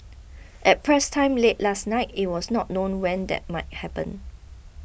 at press time late last night it was not known when that might happen